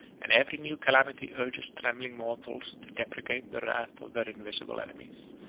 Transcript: and every new calamity urges trembling mortals to deprecate the wrath of their invisible enemies.